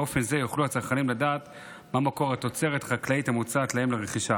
באופן זה יוכלו הצרכנים לדעת מה מקור התוצרת החקלאית המוצעת להם לרכישה.